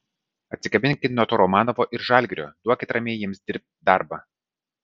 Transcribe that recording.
atsikabinkit nuo to romanovo ir žalgirio duokit ramiai jiems dirbt darbą